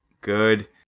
good